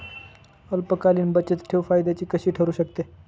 अल्पकालीन बचतठेव फायद्याची कशी ठरु शकते?